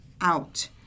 out